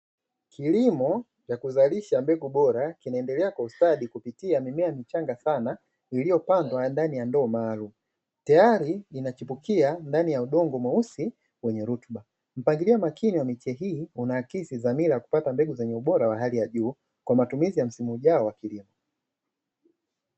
Kilimo cha kuzalisha mbegu bora, kinaendelea kwa ustadi kupitia mimea michanga sana iliyopandwa ndani ya ndoo maalumu, tayari inachipukia ndani ya udongo mweusi wenye rutuba. Mpangilio makini wa miche hii, unaakisi dhamira ya kupata mbegu zenye ubora wa hali ya juu, kwa matumizi ya msimu ujao wa kilimo.